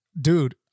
Dude